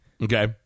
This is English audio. Okay